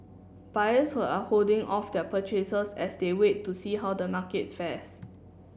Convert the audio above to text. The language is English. buyers who are holding off their purchases as they wait to see how the market fares